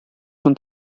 son